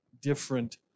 different